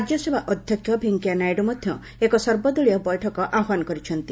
ରାଜ୍ୟସଭା ଅଧ୍ୟକ୍ଷ ଭେଙ୍କୟା ନାଇଡ଼ୁ ମଧ୍ୟ ଏକ ସର୍ବଦଳୀୟ ବୈଠକ ଆହ୍ବାନ କରିଛନ୍ତି